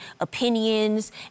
opinions